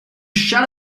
shut